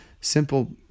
simple